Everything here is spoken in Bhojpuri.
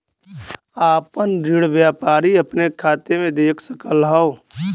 आपन ऋण व्यापारी अपने खाते मे देख सकत हौ